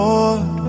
Lord